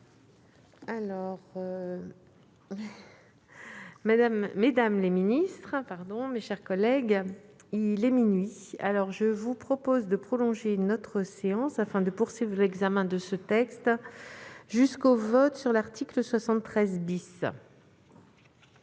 bis Mesdames les ministres, mes chers collègues, il est minuit. Je vous propose de prolonger notre séance afin de poursuivre l'examen de ce texte jusqu'au vote sur l'article 73 .